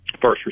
first